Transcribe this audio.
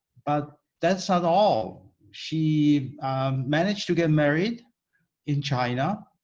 but that's not all. she managed to get married in china,